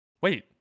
wait